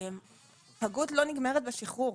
פגות לא נגמרת בשחרור.